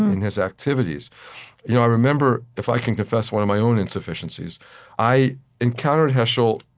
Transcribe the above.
in his activities you know i remember if i can confess one of my own insufficiencies i encountered heschel,